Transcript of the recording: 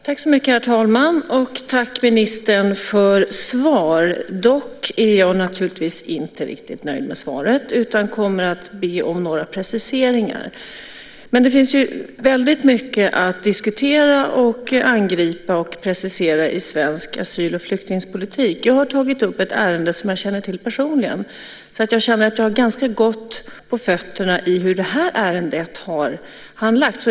Herr talman! Tack, ministern, för svaret! Dock är jag naturligtvis inte riktigt nöjd med det utan kommer att be om några preciseringar. Det finns väldigt mycket att diskutera, angripa och precisera i svensk asyl och flyktingpolitik. Jag har tagit upp ett ärende som jag känner till personligen, så jag känner att jag har ganska gott på fötterna när det gäller hur det här ärendet har handlagts.